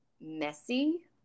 messy